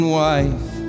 wife